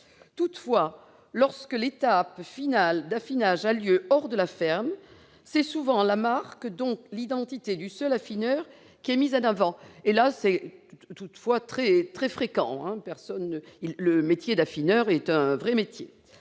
Toutefois, lorsque l'étape finale d'affinage a lieu hors de la ferme, c'est souvent la marque, donc l'identité du seul affineur qui est mise en avant. Là, c'est très fréquent ; affineur, c'est un vrai métier.